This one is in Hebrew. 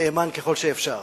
נאמן ככל שאפשר